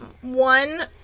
one